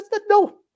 No